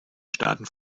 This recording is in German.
staaten